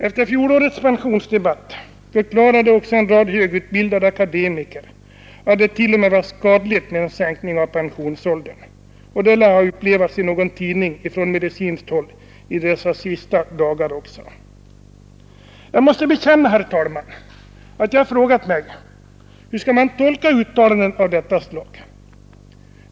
Efter fjolårets pensionsdebatt förklarade en högutbildad akademiker, att det t.o.m. var skadligt med en sänkt pensionsålder, och det har upprepats i en tidning från medicinskt håll i dessa sista dagar också. Jag måste bekänna, herr talman, att jag har frågat mig: Hur skall man tolka uttalanden av detta slag?